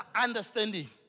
understanding